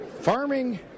farming